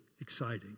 exciting